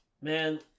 man